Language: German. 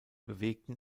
bewegten